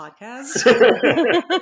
podcast